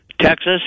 Texas